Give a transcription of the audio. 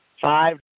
five